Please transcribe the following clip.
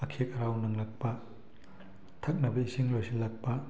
ꯑꯈꯦꯛ ꯑꯔꯥꯎ ꯅꯪꯂꯛꯄ ꯊꯛꯅꯕ ꯏꯁꯤꯡ ꯂꯣꯏꯁꯤꯜꯂꯛꯄ